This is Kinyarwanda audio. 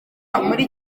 muri